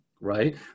Right